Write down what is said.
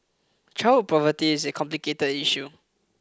childhood poverty is a complicated issue